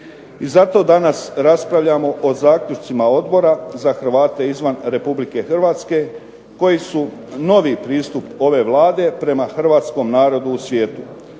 I zato danas raspravljamo o zaključcima Odbora za Hrvate izvan Republike Hrvatske koji su novi pristup ove Vlade prema hrvatskom narodu u svijetu,